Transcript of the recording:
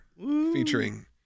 featuring